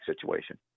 situation